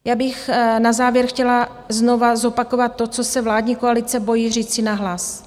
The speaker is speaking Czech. Já bych na závěr chtěla znovu zopakovat to, co se vládní koalice bojí říci nahlas.